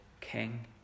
king